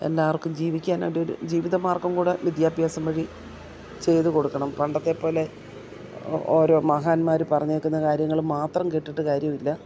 എല്ലാവർക്കും ജീവിക്കാനായിട്ടൊരു ജീവിതമാർഗ്ഗം കൂടി വിദ്യാഭ്യാസം വഴി ചെയ്തു കൊടുക്കണം പണ്ടത്തെപ്പോലെ ഓരോ മഹാന്മാർ പറഞ്ഞിരിക്കുന്ന കാര്യങ്ങൾ മാത്രം കേട്ടിട്ട് കാര്യമില്ല